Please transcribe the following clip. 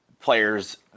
players